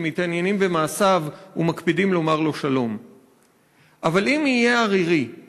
שמתעניינים במעשיו/ ומקפידים לומר לו שלום.// אבל אם יהיה ערירי/